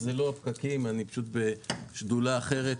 זה לא הפקקים, אני פשוט בשדולה אחרת,